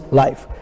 life